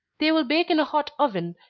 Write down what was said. they will bake in a hot oven,